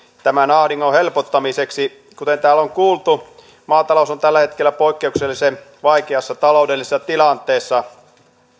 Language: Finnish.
tämän ahdingon helpottamiseksi kuten täällä on kuultu maatalous on tällä hetkellä poikkeuksellisen vaikeassa taloudellisessa tilanteessa